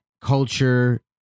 culture